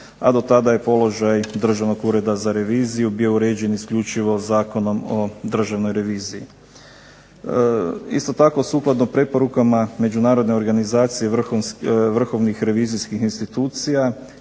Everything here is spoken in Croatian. a do tada je položaj Državnog ureda za reviziju bio uređen isključivo Zakonom o Državnoj reviziji. Isto tako, sukladno preporukama Međunarodne organizacije vrhovnih revizijskih institucija